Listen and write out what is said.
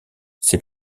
c’est